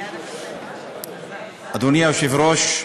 אדוני היושב-ראש,